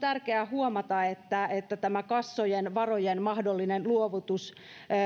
tärkeä huomata että että tämä kassojen varojen mahdollinen luovutus